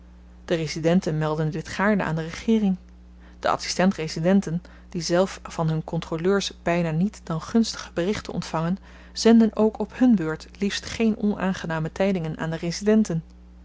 de residenten melden dit gaarne aan de regeering de adsistent residenten die zelf van hun kontroleurs byna niet dan gunstige berichten ontvangen zenden ook op hun beurt liefst geen onaangename tydingen aan de residenten